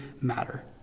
matter